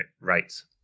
rates